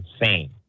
insane